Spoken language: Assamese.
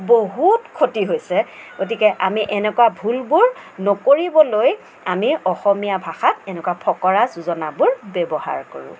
বহুত ক্ষতি হৈছে গতিকে আমি এনেকুৱা ভুলবোৰ নকৰিবলৈ আমি অসমীয়া ভাষাত এনেকুৱা ফকৰা যোজনাবোৰ ব্যৱহাৰ কৰোঁ